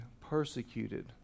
persecuted